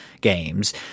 games